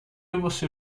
você